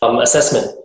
assessment